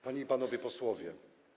Panie i Panowie Posłowie!